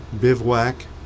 Bivouac